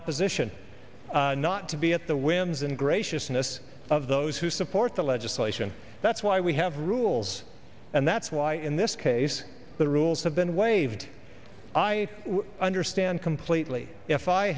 opposition not to be at the whims and graciousness of those who support the legislation that's why we have rules and that's why in this case the rules have been waived i understand completely if i